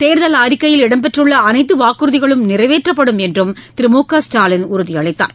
தேர்தல் அறிக்கையில் இடம்பெற்றுள்ள அனைத்து வாக்குறதிகளும் நிறைவேற்றப்படும் என்றும் திரு மு க ஸ்டாலின் உறுதி அளித்தார்